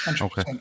Okay